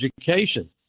education